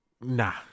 nah